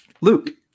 Luke